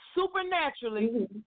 Supernaturally